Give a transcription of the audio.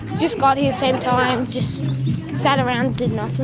just got here same time, just sat around, did nothing.